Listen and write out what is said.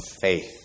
faith